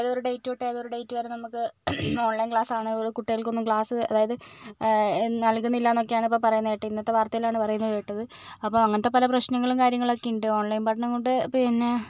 എതോ ഒരു ഡേറ്റ് തൊട്ട് എതോ ഒരു ഡേറ്റ് വരെ നമുക്ക് ഓൺലൈൻ ക്ലാസാണ് അതുപോലെ കുട്ടികൾക്കൊന്നും ക്ലാസ് അതായത് നൽകുന്നില്ല എന്നൊക്കെയാണ് ഇപ്പം പറയുന്നത് കേട്ടത് ഇന്നത്തെ വാർത്തയിലാണ് പറയുന്നത് കേട്ടത് അപ്പോൾ അങ്ങനത്തെ പല പ്രശ്നനങ്ങളും കാര്യങ്ങളുമൊക്കെയുണ്ട് ഓൺലൈൻ പഠനം കൊണ്ട് പിന്നെ